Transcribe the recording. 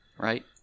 right